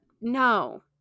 No